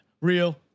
Real